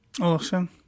awesome